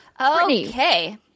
Okay